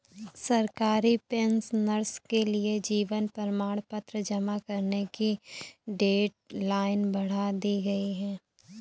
सरकारी पेंशनर्स के लिए जीवन प्रमाण पत्र जमा करने की डेडलाइन बढ़ा दी गई है